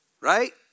right